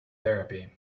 therapy